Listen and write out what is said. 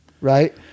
right